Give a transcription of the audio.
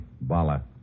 Bala